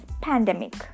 pandemic